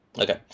Okay